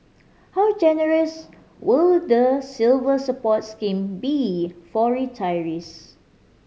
how generous will the Silver Support scheme be for retirees